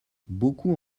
beaucoup